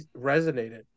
resonated